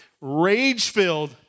Rage-filled